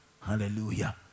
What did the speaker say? hallelujah